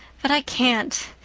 but i can't.